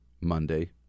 Monday